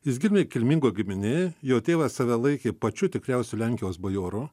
jis gimė kilmingoj giminėj jo tėvas save laikė pačiu tikriausiu lenkijos bajoru